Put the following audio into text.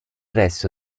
resto